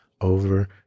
over